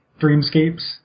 dreamscapes